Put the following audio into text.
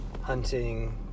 hunting